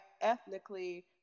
ethnically